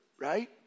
right